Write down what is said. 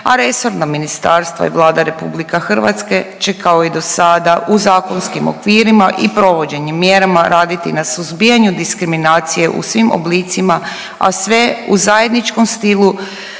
a resorna ministarstva i Vlada RH će kao i do sada u zakonskim okvirima i provođenjem mjerama raditi na suzbijanju diskriminacije u svim oblicima, a sve u zajedničkom stilu